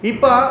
Ipa